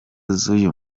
z’uyu